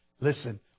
listen